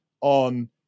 on